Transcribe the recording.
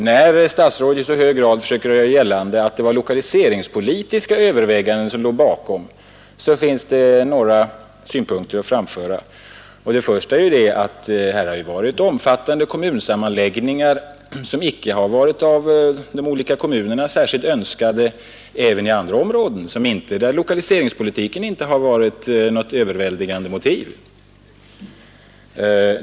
När statsrådet i så hög grad försöker göra gällande att det var lokaliseringspolitiska överväganden som låg bakom beslutet, finns det några synpunkter att framföra. Den första är att det ju har skett 173 3" Riksdagens protokoll 1972. Nr 83-84 omfattande kommunsammanläggningar som icke har varit av de olika kommunerna särskilt önskade även i områden där lokaliseringspolitiken inte utgjort något överväldigande motiv.